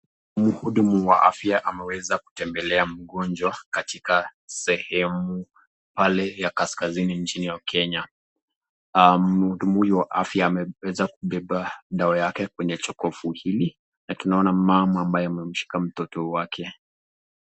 Mhudumu wa afya ameweza kumtembelea mgonjwa katika sehemu pale ya kaskazini nchini ya Kenya. mhudumu huyo wa afya ameweza kubeba dawa yake kwenye chokofu hili, na tunaona mama ambaye amemshika mtoto wake.